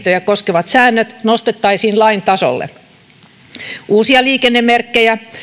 koskevat säännöt nostettaisiin lain tasolle uusia liikennemerkkejä